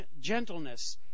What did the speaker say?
gentleness